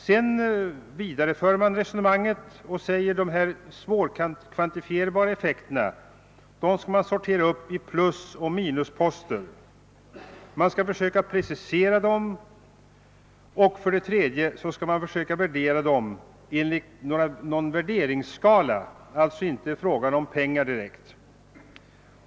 Sedan för man resonemanget vidare och säger att dessa svårkvantifierbara effekter skall sorteras upp i plusoch minusposter. Man skall försöka precisera dem och sedan värdera dem enligt någon värderingsskala — det är alltså inte direkt fråga om pengar.